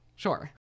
Sure